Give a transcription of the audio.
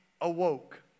awoke